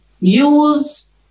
use